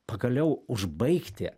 pagaliau užbaigti